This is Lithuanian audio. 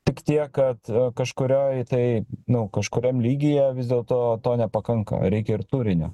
tik tiek kad kažkurioj tai nu kažkuriam lygyje vis dėlto to nepakanka reikia ir turinio